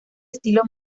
estilo